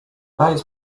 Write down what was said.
players